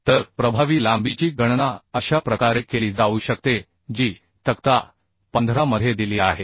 तर प्रभावी लांबीची गणना अशा प्रकारे केली जाऊ शकते जी तक्ता 15 मध्ये दिली आहे